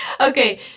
Okay